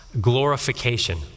glorification